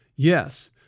Yes